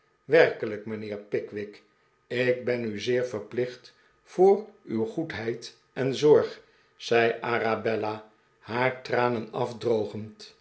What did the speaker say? werkelijk mijnheer pickwick ik ben u zeer verplicht voor uw goedheid en zorg zei arabella haar tranen afdrogend